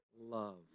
love